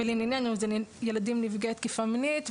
ולעניינו זה ילדים נפגעי תקיפה מינית,